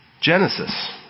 Genesis